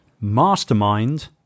mastermind